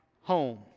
home